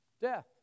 Death